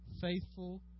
faithful